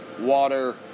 water